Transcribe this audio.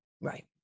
Right